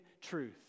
truth